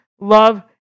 love